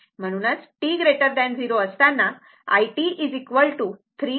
म्हणून t 0 असताना it 3 0